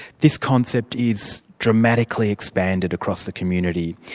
this concept is dramatically expanded across the community,